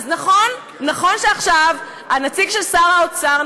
אז נכון שעכשיו הנציג של שר האוצר,